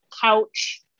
couch